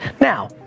Now